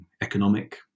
economic